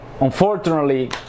unfortunately